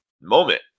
moment